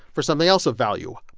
for something else of value,